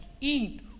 eat